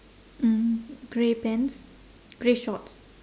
mm grey pants grey shorts